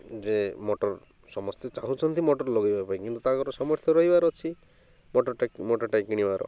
ଯେ ମଟର୍ ସମସ୍ତେ ଚାହୁଁଛନ୍ତି ମଟର୍ ଲଗେଇବା ପାଇଁ କିନ୍ତୁ ତାଙ୍କର ସାମର୍ଥ୍ୟ ରହିବାର ଅଛି ମଟର୍ଟା ମଟର୍ଟା କିଣିବାର